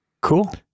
Cool